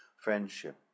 friendship